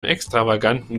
extravaganten